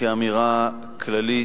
כאמירה כללית,